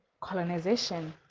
colonization